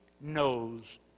knows